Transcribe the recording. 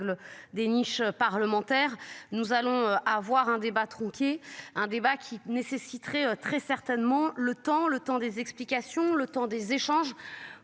des niches parlementaires nous allons avoir un débat tronqué. Un débat qui nécessiterait très certainement le temps le temps des explications. Le Temps des échanges